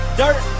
dirt